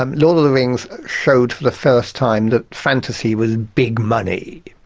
um lord of the rings showed for the first time that fantasy was big money